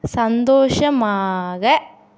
சந்தோஷமாக